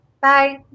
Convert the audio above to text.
Bye